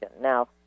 Now